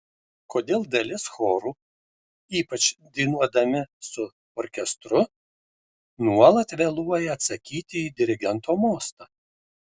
kodėl dalis chorų ypač dainuodami su orkestru nuolat vėluoja atsakyti į dirigento mostą